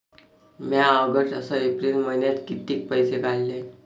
म्या ऑगस्ट अस एप्रिल मइन्यात कितीक पैसे काढले?